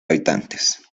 habitantes